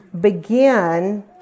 begin